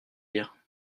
dire